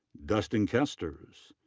dustin koesters.